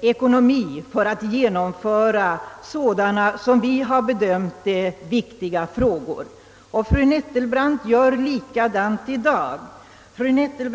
ekonomiska möjligheter för att genomföra enligt vår bedömning viktiga frågor. Fru Nettelbrandt handlar på samma sätt i dag.